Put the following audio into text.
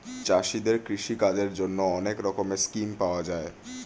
চাষীদের কৃষি কাজের জন্যে অনেক রকমের স্কিম পাওয়া যায়